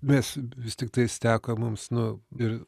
mes vis tiktais teko mums nu ir